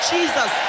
Jesus